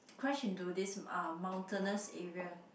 crash into this uh mountainous area